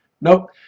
Nope